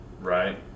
right